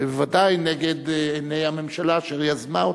ובוודאי נגד עיני הממשלה אשר יזמה אותו.